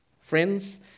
Friends